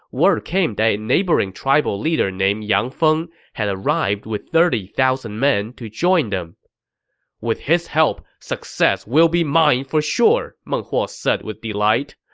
word came that a neighboring tribal leader named yang feng had arrived with thirty thousand men to join them with their help, success will be mine for sure! meng huo said with delight.